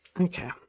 Okay